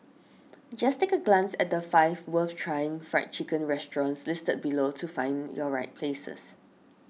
just take a glance at the five worth trying Fried Chicken restaurants listed below to find your right places